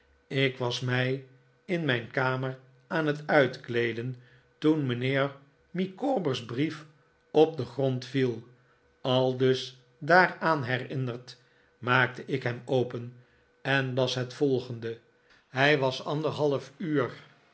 ik was mij in mijn kamer aan het uitkleeden toen mijnheer micawber's brief op den grond viel aldus daaraan herinnerd maakte ik hem open en las het volgende hij was anderhalf uur